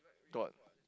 got